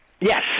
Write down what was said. Yes